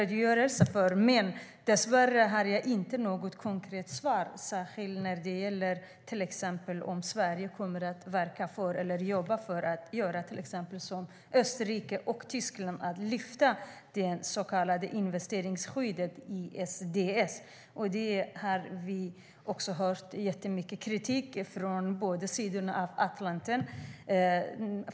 Men dessvärre får jag inte något konkret svar. Det gäller särskilt om Sverige kommer att jobba för att göra som till exempel Österrike och Tyskland och lyfta ut det så kallade investeringsskyddet ISDS. Vi har hört mycket kritik från båda sidorna av Atlanten.